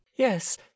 Yes